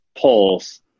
pulse